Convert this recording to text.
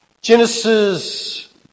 Genesis